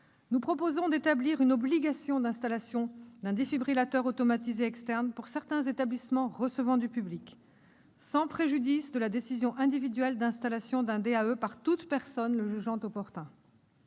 Nous proposons d'établir une obligation d'installation d'un défibrillateur automatisé externe pour certains établissements recevant du public, ou ERP, sans préjudice de la décision individuelle d'installation d'un DAE par toute personne jugeant opportun